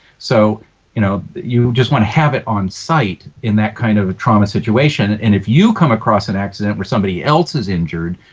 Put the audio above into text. so you know you just want to have it on sight in that kind of a trauma situation. and if you come across an accident where somebody else is injured,